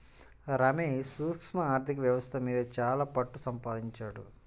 రమేష్ సూక్ష్మ ఆర్ధిక వ్యవస్థ మీద చాలా పట్టుసంపాదించాడు